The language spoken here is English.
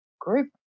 group